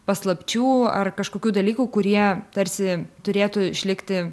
paslapčių ar kažkokių dalykų kurie tarsi turėtų išlikti